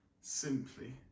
simply